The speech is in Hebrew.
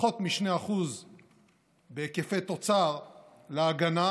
פחות מ-2% בהיקפי תוצר על הגנה,